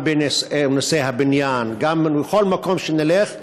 גם בנושא הבניין וגם בכל מקום שנלך,